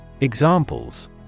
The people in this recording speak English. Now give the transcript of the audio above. Examples